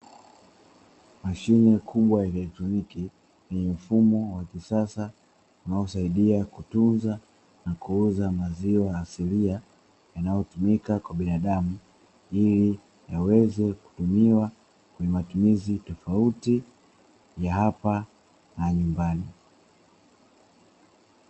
Mashine kubwa ya kielektroniki yenye mfumo wa kisasa unaosaidia kutunza na kuuza maziwa asilia, yanayotumika na binadamu ili yaweze kutumiwa kwenye matumizi tofauti ya hapa na nyumbani.